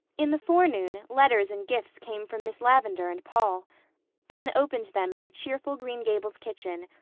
in the forenoon letters and gifts came from miss lavendar and paul anne opened them in the cheerful green gables kitchen,